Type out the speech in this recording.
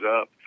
up